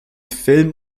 film